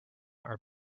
are